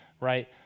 right